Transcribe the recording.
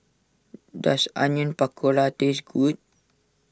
does Onion Pakora taste good